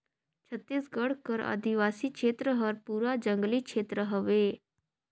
छत्तीसगढ़ कर आदिवासी छेत्र हर पूरा जंगली छेत्र हवे